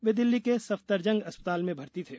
वे दिल्ली के सफदरजंग अस्पताल में भर्ती थे